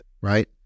right